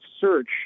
search